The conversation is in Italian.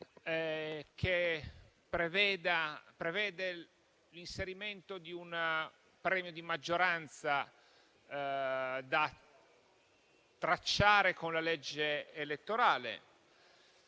inoltre l'inserimento di un premio di maggioranza da tracciare con la legge elettorale